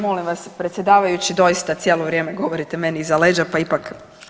Molim vas predsjedavajući doista cijelo vrijeme govorite meni iza leđa, pa ipak